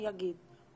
אני אגיד,